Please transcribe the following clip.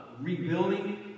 rebuilding